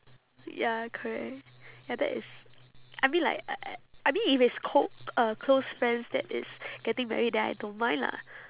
ya correct ya that is I mean like I I I mean if it's co~ uh close friends that is getting married then I don't mind lah